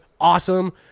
awesome